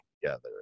together